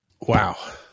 Wow